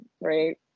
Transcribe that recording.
right